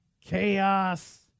chaos